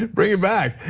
bring your bag.